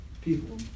people